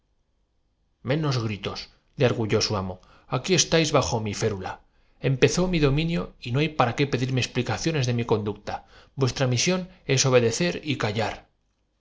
que tengo valor para afrontarlo bajo mi férula empezó mi dominio y no hay para qué todo pedirme explicaciones de mi conducta vuestra misión y dirigiendo una mirada de connivencia á juanita es obedecer y callar